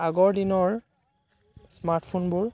আগৰ দিনৰ স্মাৰ্টফোনবোৰ